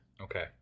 Okay